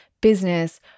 business